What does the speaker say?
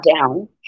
down